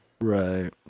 Right